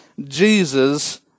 Jesus